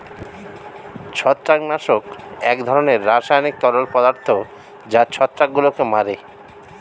ছত্রাকনাশক এক ধরনের রাসায়নিক তরল পদার্থ যা ছত্রাকগুলোকে মারে